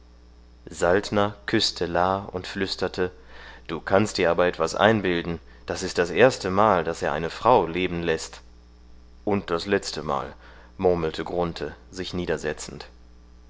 saltner küßte la und flüsterte du kannst dir aber etwas einbilden das ist das erste mal daß er eine frau leben läßt und das letzte mal murmelte grunthe sich